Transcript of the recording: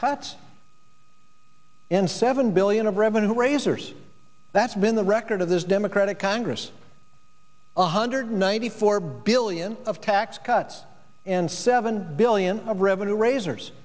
cuts and seven billion of revenue raisers that's been the record of this democratic congress one hundred ninety four billion of tax cuts and seven billion of revenue ra